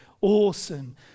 awesome